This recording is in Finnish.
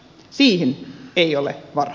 siihen ei ole varaa